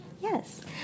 Yes